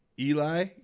Eli